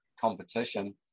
competition